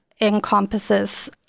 encompasses